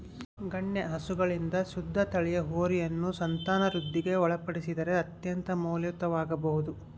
ಗಣ್ಯ ಹಸುಗಳಿಂದ ಶುದ್ಧ ತಳಿಯ ಹೋರಿಯನ್ನು ಸಂತಾನವೃದ್ಧಿಗೆ ಒಳಪಡಿಸಿದರೆ ಅತ್ಯಂತ ಮೌಲ್ಯಯುತವಾಗಬೊದು